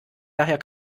daher